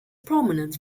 prominent